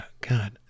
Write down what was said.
God